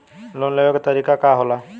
Loan लेवे क तरीकाका होला?